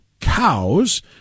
cows